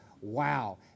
Wow